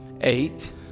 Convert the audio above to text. eight